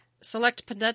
select